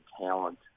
talent